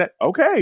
Okay